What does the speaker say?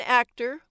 actor